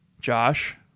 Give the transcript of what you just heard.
Josh